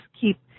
keep